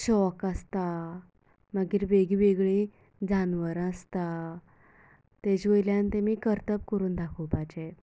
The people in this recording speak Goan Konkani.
शॉक आसता मागीर वेगवेगळी जानवरां आसता तेजे वयल्यान तेमी कर्तब करून दाखोपाचें